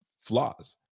flaws